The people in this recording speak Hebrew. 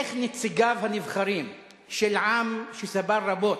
איך נציגיו הנבחרים של עם שסבל רבות,